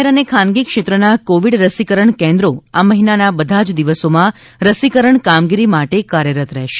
જાહેર અને ખાનગી ક્ષેત્રના કોવિડ રસીકરણ કેન્દ્રો આ મહિનાના બધા જ દિવસોમાં રસીકરણ કામગીરી માટે કાર્યરત રહેશે